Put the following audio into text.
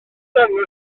dangos